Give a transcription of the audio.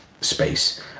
space